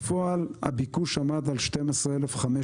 בפועל הביקוש עמד על 12,540,